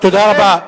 תודה רבה.